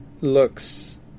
looks